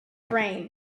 fame